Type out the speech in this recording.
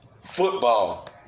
Football